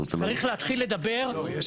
צריך להתחיל לדבר --- אין